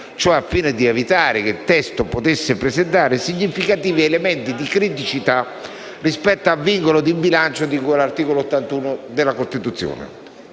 ciò al fine di evitare che il testo potesse presentare significativi elementi di criticità rispetto al vincolo di bilancio di cui all'articolo 81 della Costituzione.